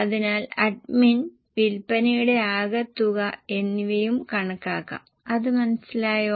അതിനാൽ അഡ്മിൻ വിൽപ്പനയുടെ ആകെ തുക എന്നിവയും കണക്കാക്കാം അത് മനസ്സിലായോ